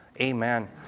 Amen